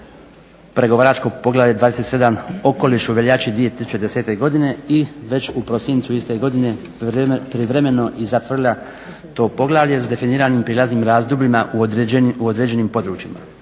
pregovaračko Poglavlje 27. – Okoliš u veljači 2010. godine i već u prosincu iste godine privremeno i zatvorila to poglavlje s definiranim prijelaznim razdobljima u određenim područjima.